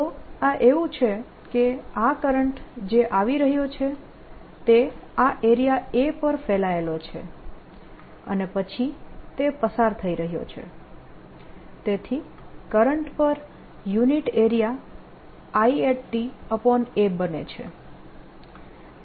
તો આ એવું છે કે આ કરંટ જે આવી રહ્યો છે તે આ એરીયા A પર ફેલાયેલો છે અને પછી તે પસાર થઈ રહ્યો છે તેથી current per unit area IA બને છે